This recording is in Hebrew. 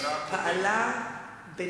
משרד הפנים.